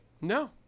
No